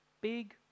big